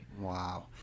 Wow